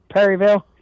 Perryville